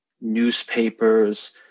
newspapers